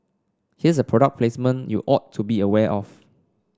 here's a product placement you ought to be aware of